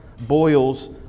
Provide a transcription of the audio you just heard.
boils